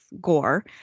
gore